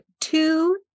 two